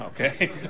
Okay